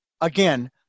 again